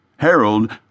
Harold